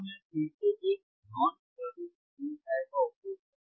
यहां मैं फिर से एक नॉन इनवर्टिंग एम्पलीफायर का उपयोग कर रहा हूं